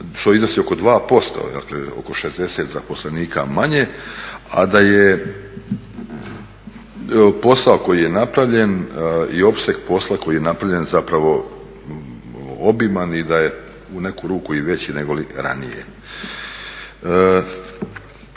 što iznosi oko 2% Dakle, oko 60 zaposlenika manje, a da je posao koji je napravljen i opseg posla koji je napravljen zapravo obiman i da je u neku ruku i veći negoli ranije.